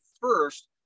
first